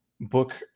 book